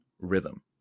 rhythm